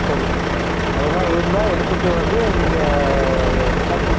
சரிங்க அதெல்லாம் இருந்தா எடுத்துகிட்டு வந்து நீங்கள்